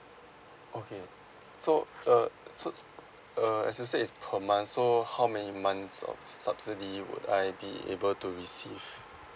okay so uh so uh as you said it's per month so how many months of subsidy would I be able to receive